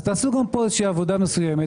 תעשו גם פה עבודה מסוימת.